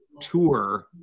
tour